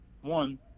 One